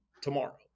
tomorrow